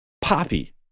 Poppy